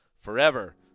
forever